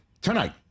tonight